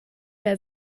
der